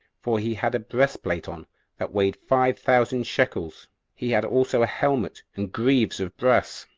for he had a breastplate on that weighed five thousand shekels he had also a helmet and greaves of brass,